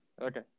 Okay